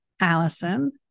Allison